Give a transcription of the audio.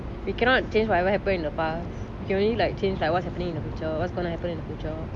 we cannot change whatever happened in a past you only like change like what's happening in the future what's gonna happen in future